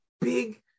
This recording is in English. big